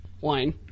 wine